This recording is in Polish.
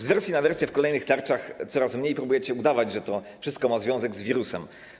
Z wersji na wersję, w kolejnych tarczach coraz mniej próbujecie udawać, że to wszystko ma związek z wirusem.